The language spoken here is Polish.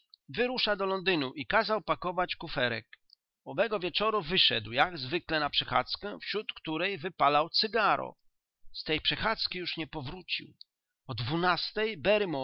wyrusza do londynu i kazał pakować kuferek owego wieczoru wyszedł jak zwykle na przechadzkę wśród której wypalał cygaro z tej przechadzki już nie powrócił o dwunastej